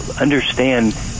understand